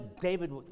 David